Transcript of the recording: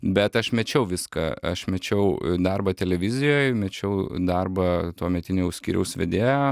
bet aš mečiau viską aš mečiau darbą televizijoj mečiau darbą tuometinio jau skyriaus vedėjo